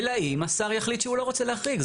אלא אם השר יחליט שהוא לא רוצה להחריג.